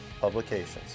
publications